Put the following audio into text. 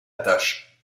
tâche